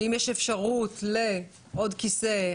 שאם יש אפשרות לעוד כיסא.